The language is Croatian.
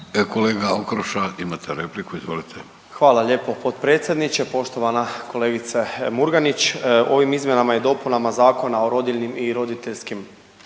Kolega Okroša imate repliku, izvolite. **Okroša, Tomislav (HDZ)** Hvala lijepo potpredsjedniče. Poštovana kolegice Murganić ovim izmjenama i dopunama Zakona o rodiljnim i roditeljskim